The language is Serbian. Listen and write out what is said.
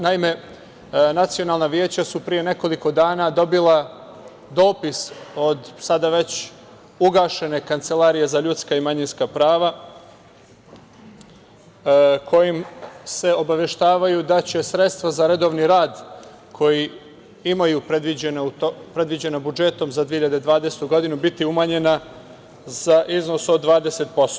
Naime, nacionalna veća su pre nekoliko dana dobila dopis od sada već ugašene Kancelarije za ljudska i manjinska prava, kojim se obaveštavaju da će sredstva za redovan rad koji imaju predviđena budžetom za 2020. godinu biti umanjena za iznos od 20%